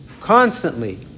Constantly